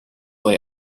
lay